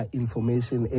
information